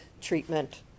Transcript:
treatment